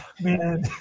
man